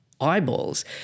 eyeballs